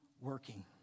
working